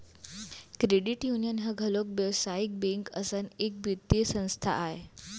credit union ह घलोक बेवसायिक बेंक असन एक बित्तीय संस्था आय